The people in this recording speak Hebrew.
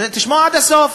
תשמע עד הסוף.